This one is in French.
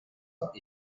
ans